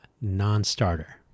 non-starter